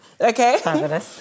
Okay